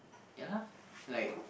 ya lah like